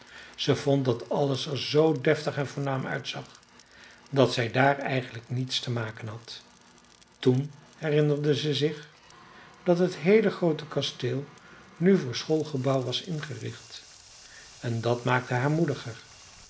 ze vond dat alles er zoo deftig en voornaam uitzag dat zij daar eigenlijk niets te maken had toen herinnerde ze zich dat het heele groote kasteel nu voor schoolgebouw was ingericht en dat maakte haar moediger